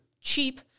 cheap